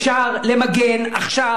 אפשר למגן עכשיו,